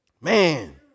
man